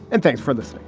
and thanks for the.